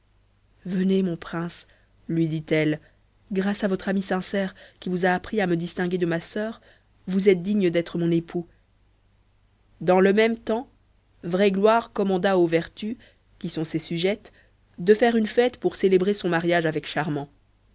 votre ami sincère qui vous a appris à me distinguer de ma sœur dans le même temps vraie gloire commanda aux vertus qui sont ses sujettes de faire une fête pour célébrer son mariage avec charmant